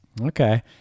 Okay